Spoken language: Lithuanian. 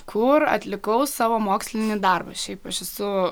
kur atlikau savo mokslinį darbą šiaip aš esu